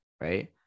Right